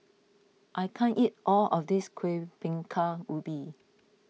I can't eat all of this Kuih Bingka Ubi